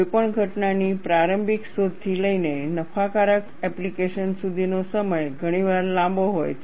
કોઈપણ ઘટનાની પ્રારંભિક શોધથી લઈને નફાકારક એપ્લિકેશન સુધીનો સમય ઘણીવાર લાંબો હોય છે